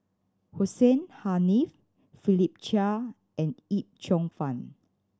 Hussein Haniff Philip Chia and Yip Cheong Fun